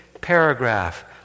paragraph